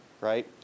right